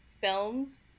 films